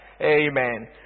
Amen